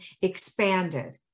expanded